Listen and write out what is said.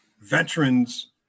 veterans